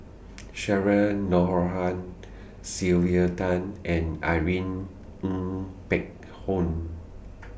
Cheryl Noronha Sylvia Tan and Irene Ng Phek Hoong